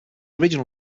original